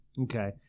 Okay